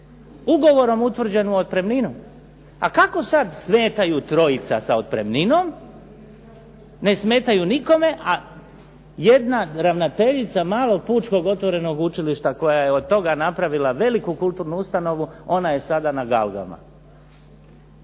ugovorom utvrđenu otpremninu. A kako sad smetaju trojica sa otpremninom? Ne smetaju nikome, a jedna ravnateljica malog pučkog otvorenog učilišta koja je od toga napravila veliku kulturnu ustanovu, ona je sada na